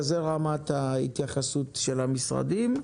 זו רמת ההתייחסות של המשרדים.